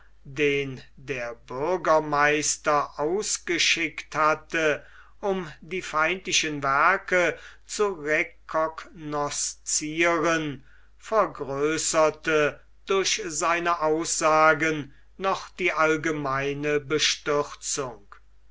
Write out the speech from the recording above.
den der bürgermeister ausgeschickt hatte um die feindlichen werke zu recognosciren vergrößerte durch seine aussagen noch die allgemeine bestürzung